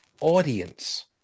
audience